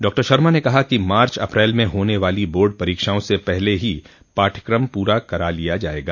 doctor Sharma ने कहा कि मार्च अप्रैल में होने वाली बोर्ड परीक्षाओं से पहले ही पाठ्यक्रम पूरा करा लिया जायेगा